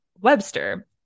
Webster